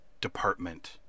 department